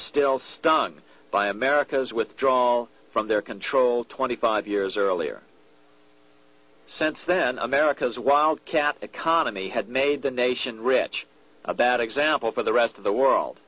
still stung by america's withdrawal from their control twenty five years earlier since then america's wildcat economy had made the nation rich a bad example for the rest of the world